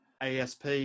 ASP